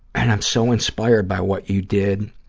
and i'm so inspired by what you did,